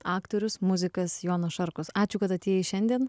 aktorius muzikas jonas šarkus ačiū kad atėjai šiandien